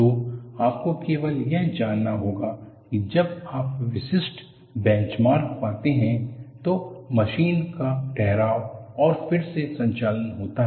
तो आपको केवल यह जानना होगा कि जब आप विशिष्ट बेंचमार्क पाते हैं तो मशीन का ठहराव और फिर से संचालन होता है